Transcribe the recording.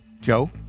Joe